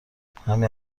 همین